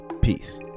Peace